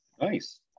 nice